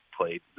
played